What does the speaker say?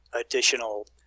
additional